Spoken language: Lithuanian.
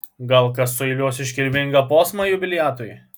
gal kas sueiliuos iškilmingą posmą jubiliatui